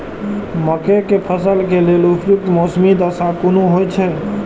मके के फसल के लेल उपयुक्त मौसमी दशा कुन होए छै?